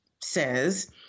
says